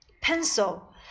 Pencil